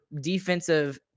defensive